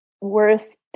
worth